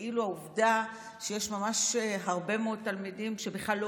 וכאילו העובדה שיש ממש הרבה מאוד תלמידים שבכלל לא